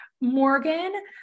Morgan